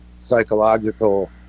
psychological